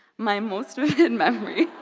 my most vivid and memory